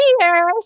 cheers